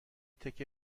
تکه